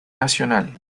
nacional